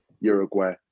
Uruguay